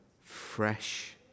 fresh